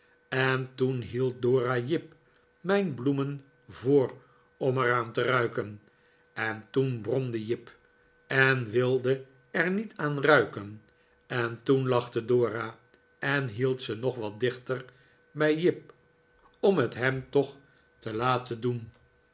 en toen hield dora jip mijn bloemen voor om er aan te ruiken en toen bromde jip en wilde er niet aan ruiken en toen lachte dora en hield ze hog wat dichter bij jip om het hem toch te laten doen